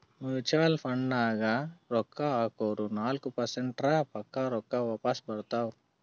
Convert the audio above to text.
mutual ಫಂಡ್ನಾಗ್ ರೊಕ್ಕಾ ಹಾಕುರ್ ನಾಲ್ಕ ಪರ್ಸೆಂಟ್ರೆ ಪಕ್ಕಾ ರೊಕ್ಕಾ ವಾಪಸ್ ಬರ್ತಾವ್